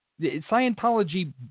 Scientology